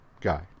guy